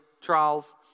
trials